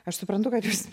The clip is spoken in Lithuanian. aš suprantu kad jūs